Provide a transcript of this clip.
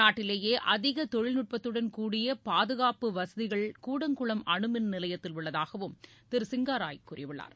நாட்டிலேயே அதிக தொழில்நுட்பத்துடன் கூடிய பாதுகாப்பு வசதிகள் கூடங்குளம் அணுமின் நிலையத்தில் உள்ளதாகவும் திரு சிங்காராய் கூறியுள்ளார்